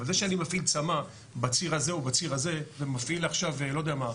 אבל זה שאני מפעיל צמ"ה בציר הזה או בציר הזה ומפעיל עכשיו לא יודע מה,